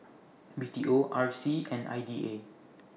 B T O R C and I D A